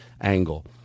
angle